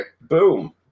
boom